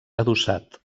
adossat